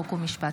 חוק ומשפט.